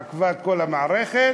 עקפה את כל המערכת,